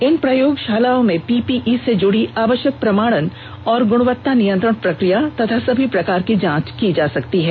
इन प्रयोगशालाओं में पीपीई से जुड़ी आवश्यक प्रमाणन और गुणवत्ता नियंत्रण प्रक्रिया तथा सभी प्रकार की जांच की जा सकती है